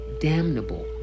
damnable